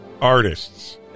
artists